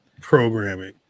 programming